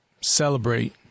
celebrate